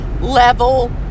level